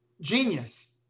genius